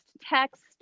text